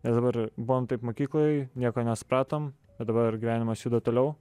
nes dabar buvom taip mokykloj nieko nesupratom bet dabar gyvenimas juda toliau